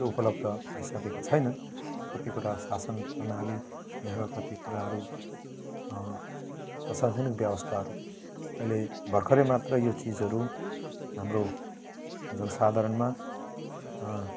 यो उपलब्ध भइसकेको छैनन् कति कुरा शासन प्रणाली यहाँको कति कुराहरू प्रशासनिक व्यवस्थाहरू अहिले भर्खरै मात्र यो चिजहरू हाम्रो जनसाधारणमा